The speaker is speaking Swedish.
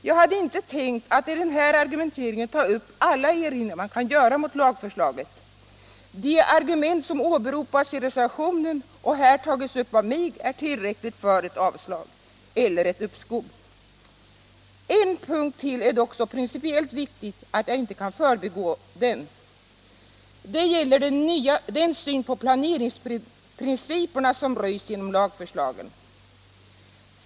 Jag hade inte tänkt att i den här argumenteringen ta upp alla erinringar man kan göra mot lagförslaget — de argument som åberopats i reservationen och som här tagits upp av mig är tillräckliga för ett avslag eller ett uppskov. En punkt till är dock så principiellt viktig att jag inte kan förbigå den. Den gäller den syn på planeringsprinciperna som röjs genom lagförslagen.